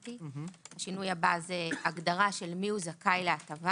הבא, הגדרה של מיהו זכאי להטבה